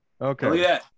Okay